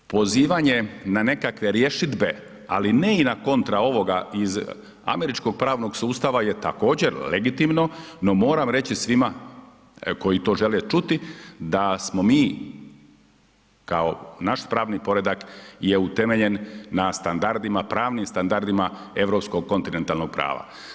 Pozivanjem na nekakve rješidbe ali ne i na kontra ovoga iz američkog pravnog sustava je također legitimno no moram reći svima koji to žele čuti, da smo mi kao naš pravni poredak je utemeljen na standardima, pravnim standardima europskog kontinentalnog prava.